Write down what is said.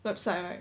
website right